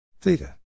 theta